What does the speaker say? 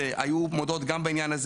אבל העיר התחילה עם פילוט מיוחד בשכונת גבעת